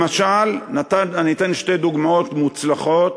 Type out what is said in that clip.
למשל, אני אתן שתי דוגמאות מוצלחות